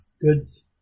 goods